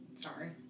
Sorry